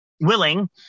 willing